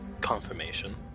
confirmation